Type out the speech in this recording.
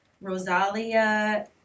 Rosalia